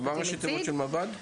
רגע, מה ראשי התיבות של מב"ד?